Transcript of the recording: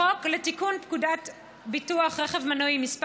בחוק לתיקון פקודת ביטוח רכב מנועי (מס'